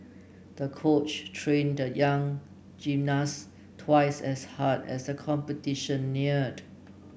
the coach trained the young gymnast twice as hard as the competition neared